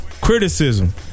criticism